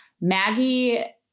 Maggie